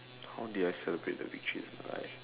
how did I celebrate the victories in my life